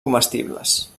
comestibles